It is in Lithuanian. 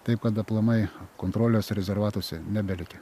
taip kad aplamai kontrolės rezervatuose nebelikę